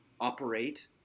operate